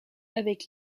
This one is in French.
avec